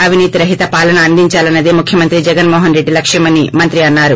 అవినీతి రహిత పాలన అందించాలన్నదే ముఖ్యమంత్రి జగన్ మోహన్ రెడ్డి లక్ష్యమని మంత్రి అన్నారు